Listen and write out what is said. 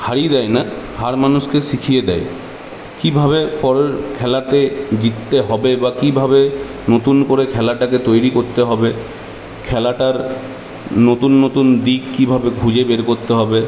হারিয়ে দেয় না হার মানুষকে শিখিয়ে দেয় কীভাবে পরের খেলাতে জিততে হবে বা কীভাবে নতুন করে খেলাটাকে তৈরি করতে হবে খেলাটার নতুন নতুন দিক কীভাবে খুঁজে বের করতে হবে